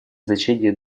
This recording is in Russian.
значение